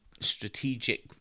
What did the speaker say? strategic